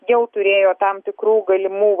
jau turėjo tam tikrų galimų